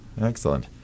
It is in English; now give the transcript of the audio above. excellent